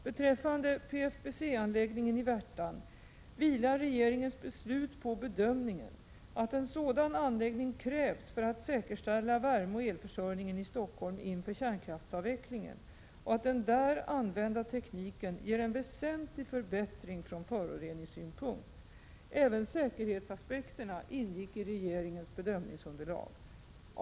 Beträffande PFBC-anläggningen i Värtan vilar regeringens beslut på bedömningen att en sådan anläggning krävs för att säkerställa värmeoch elförsörjningen i Stockholm inför kärnkraftsavvecklingen och att den där använda tekniken ger en väsentlig förbättring från föroreningssynpunkt. Även säkerhetsaspekterna ingick i regeringens bedömningsunderlag.